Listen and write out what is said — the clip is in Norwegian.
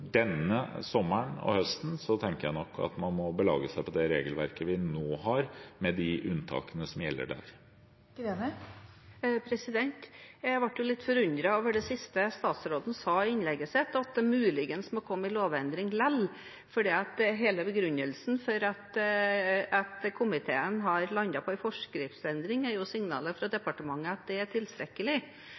denne sommeren og høsten tenker jeg at man må belage seg på det regelverket vi har nå har, med de unntakene som gjelder der. Jeg ble litt forundret over det siste statsråden sa i